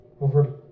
over